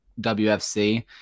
WFC